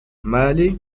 male